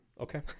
Okay